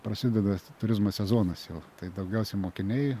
prasideda turizmo sezonas jau tai daugiausiai mokiniai